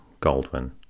Goldwyn